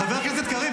חבר הכנסת קריב,